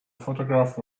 photograph